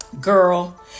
girl